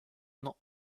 not